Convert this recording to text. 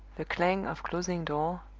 the clang of closing doors,